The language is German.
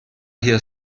hier